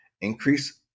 increase